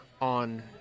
on